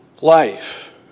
life